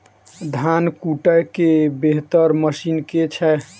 धान कुटय केँ बेहतर मशीन केँ छै?